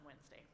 Wednesday